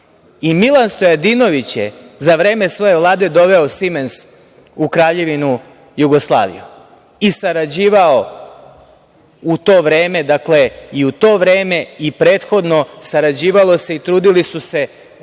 I Milan Stojadinović je za vreme svoje vlade doveo "Simens" u Kraljevinu Jugoslaviju i sarađivao u to vreme, dakle, i u to vreme i prethodno sarađivalo se i trudili su se